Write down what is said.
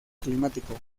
climático